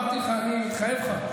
אמרתי לך שאני מתחייב לך.